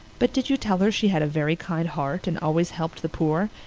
but did you tell her she had a very kind heart and always helped the poor,